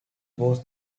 was